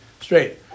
straight